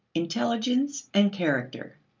intelligence and character.